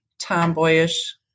tomboyish